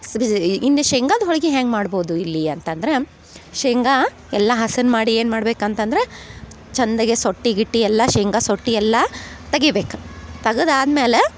ಇನ್ನು ಶೇಂಗದ ಹೋಳಿಗಿ ಹ್ಯಾಂಗೆ ಮಾಡ್ಬೋದು ಇಲ್ಲಿ ಅಂತಂದ್ರ ಶೇಂಗ ಎಲ್ಲ ಹಸನ್ ಮಾಡಿ ಏನು ಮಾಡ್ಬೇಕು ಅಂತಂದ್ರ ಚಂದಗೆ ಸೊಟ್ಟಿ ಗಿಟ್ಟಿ ಎಲ್ಲ ಶೇಂಗ ಸೊಟ್ಟಿ ಎಲ್ಲಾ ತಗಿಬೇಕು ತಗದು ಆದ್ಮೇಲೆ